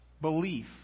Belief